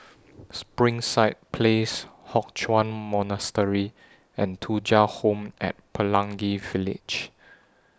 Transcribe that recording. Springside Place Hock Chuan Monastery and Thuja Home At Pelangi Village